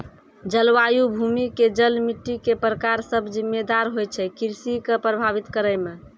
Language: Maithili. जलवायु, भूमि के जल, मिट्टी के प्रकार सब जिम्मेदार होय छै कृषि कॅ प्रभावित करै मॅ